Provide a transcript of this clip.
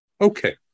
Okay